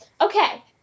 Okay